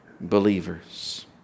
believers